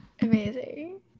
Amazing